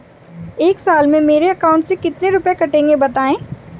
एक साल में मेरे अकाउंट से कितने रुपये कटेंगे बताएँ?